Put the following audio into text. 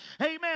Amen